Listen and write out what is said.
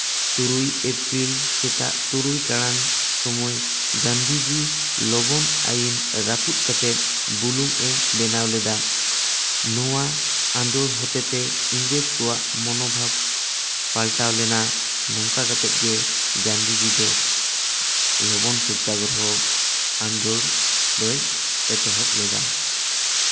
ᱛᱩᱨᱩᱭ ᱮᱯᱨᱤᱞ ᱥᱮᱛᱟᱜ ᱛᱩᱨᱩᱭ ᱴᱟᱲᱟᱝ ᱥᱚᱢᱚᱭ ᱜᱟᱱᱫᱷᱤᱡᱤ ᱞᱚᱵᱚᱱ ᱟᱭᱤᱱ ᱨᱟᱹᱯᱩᱫ ᱠᱟᱛᱮᱜ ᱵᱩᱞᱩᱝ ᱮ ᱵᱮᱱᱟᱣ ᱞᱮᱫᱟ ᱱᱚᱣᱟ ᱟᱸᱫᱳᱲ ᱦᱚᱛᱮᱛᱮ ᱤᱝᱨᱮᱡᱽ ᱠᱚᱣᱟᱜ ᱢᱚᱱᱳᱵᱷᱟᱵ ᱯᱟᱞᱴᱟᱣ ᱞᱮᱱᱟ ᱱᱚᱝᱠᱟ ᱠᱟᱛᱮᱜ ᱜᱮ ᱜᱟᱱᱫᱷᱤᱡᱤ ᱫᱚ ᱞᱚᱵᱚᱱ ᱥᱚᱛᱛᱚᱜᱨᱚᱦᱚ ᱟᱸᱫᱳᱲ ᱫᱚᱭ ᱮᱛᱚᱦᱚᱵ ᱞᱮᱫᱟ